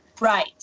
Right